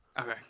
Okay